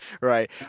Right